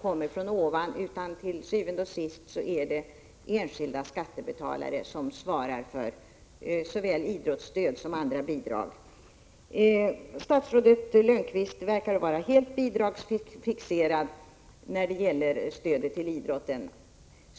kommer inte från ovan. Det är til syvende og sidst enskilda skattebetalare som svarar för idrottsstöd och andra bidrag. Statsrådet Lönnqvist verkar vara helt bidragsfixerad när det gäller stödet tillidrotten.